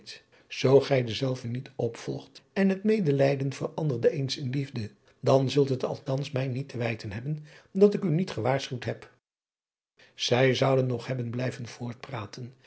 oo gij denzelven niet opvolgt en het medelijden veranderde eens in liefde dan zult het althans mij niet te wijten hebben dat ik u niet gewaarschuwd heb ij zouden nog hebben blijven